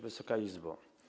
Wysoka Izbo!